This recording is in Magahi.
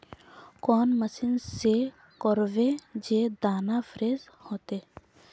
कौन मशीन से करबे जे दाना फ्रेस होते?